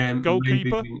Goalkeeper